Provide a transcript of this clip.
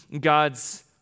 God's